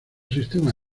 sistema